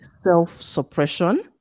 self-suppression